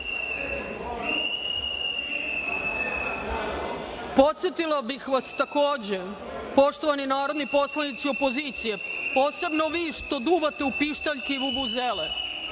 klupe. Podsetila bih vas, takođe, poštovani narodni poslanici opozicije, posebno vi što duvate u pištaljke i vuvuzele,